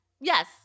Yes